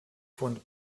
von